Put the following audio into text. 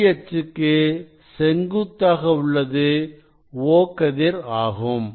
ஒளி அச்சுக்கு செங்குத்தாக உள்ளது O கதிர் ஆகும்